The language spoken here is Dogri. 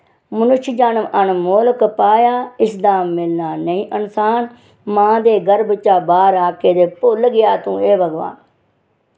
मनुश्य जन्म अनमोल कपाया इसदा मिलना नेईं इंसान मां दे गर्ब चा बाह्र आके ते भुल्ल गेआ तूं एह् भगवान